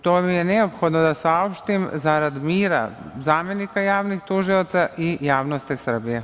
To je neophodno da saopštim zarad mira zamenika javnih tužilaca i javnosti Srbije.